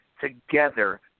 together